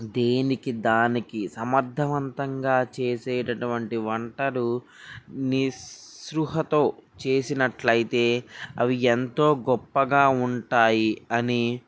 దేనికి దానికి సమర్ధవంతంగా చేసేటటువంటి వంటలు నిసృహతో చేసినట్లు అయితే అవి ఎంతో గొప్పగా ఉంటాయి అని